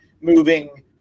moving